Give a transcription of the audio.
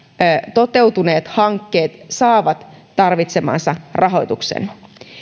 toteutuneet hankkeet saavat tarvitsemansa rahoituksen